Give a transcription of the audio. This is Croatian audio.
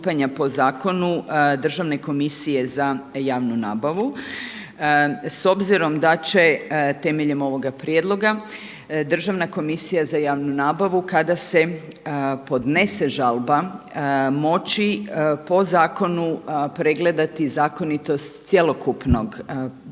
po Zakonu Državne komisije za javnu nabavu. S obzirom da će temeljem ovoga prijedloga Državna komisija za javnu nabavu kada se podnese žalba moći po zakonu pregledati zakonitost cjelokupnog postupka